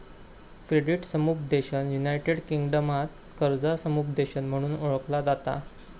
credit समुपदेशन united किंगडमात कर्जा समुपदेशन म्हणून ओळखला जाता